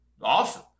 Awesome